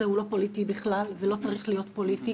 הוא לא פוליטי בכלל ולא צריך להיות פוליטי,